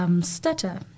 Stutter